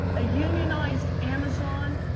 a unionized amazon,